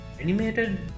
Animated